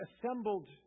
assembled